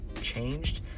changed